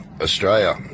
Australia